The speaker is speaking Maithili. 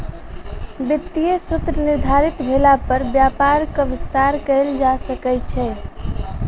वित्तीय सूत्र निर्धारित भेला पर व्यापारक विस्तार कयल जा सकै छै